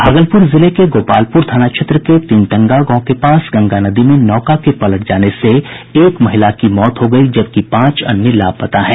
भागलपुर जिले के गोपालपुर थाना क्षेत्र में तीनटंगा गांव के पास गंगा नदी में नौका के पलट जाने से एक महिला की मौत हो गई जबकि पांच अन्य लापता हैं